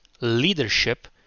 leadership